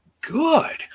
good